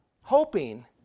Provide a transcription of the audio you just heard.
hoping